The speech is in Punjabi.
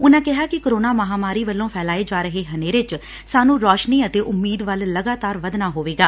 ਉਨੂਂ ਕਿਹਾ ਕਿ ਕੋਰੋਨਾ ਮਹਾਂਮਾਰੀ ਵਲੋਂ ਫੈਲਾਏ ਜਾ ਰਹੇ ਹਨੇਰੇ 'ਚ ਸਾਨੂੰ ਰੋਸ਼ਨੀ ਅਤੇ ਉਮੀਦ ਵੱਲ ਲਗਾਤਾਰ ਵੱਧਣਾ ਹੋਵੇਗਾ